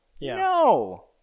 no